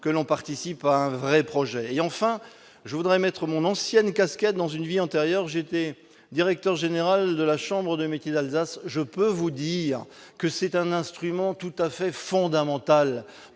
que l'on participe à un vrai projet et, enfin, je voudrais mettre mon ancienne casquette dans une vie antérieure, j'étais directeur général de la chambre des métiers d'Alsace, je peux vous dire que c'est un instrument tout à fait fondamental